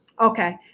Okay